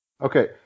Okay